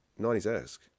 90s-esque